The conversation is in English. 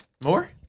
More